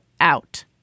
out